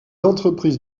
entreprises